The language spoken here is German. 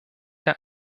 der